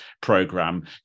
program